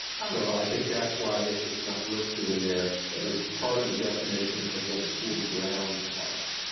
so i think that's why it's not listed in there as part of the definition of what school grounds are.